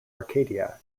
arcadia